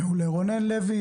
רונן לוי,